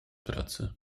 pracy